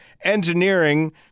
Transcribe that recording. Engineering